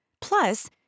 Plus